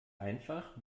einfach